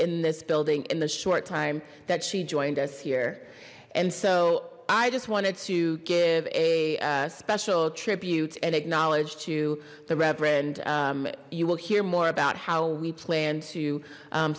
in this building in the short time that she joined us here and so i just wanted to give a special tribute and acknowledge to the reverend you will hear more about how we plan to